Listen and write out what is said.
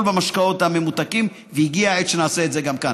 במשקאות הממותקים והגיעה העת שנעשה את זה גם כאן.